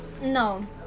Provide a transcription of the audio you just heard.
no